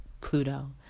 Pluto